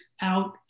out